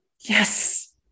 Yes